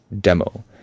demo